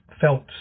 felt